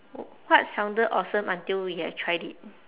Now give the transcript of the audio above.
what sounded awesome until you have tried it